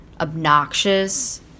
obnoxious